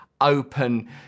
open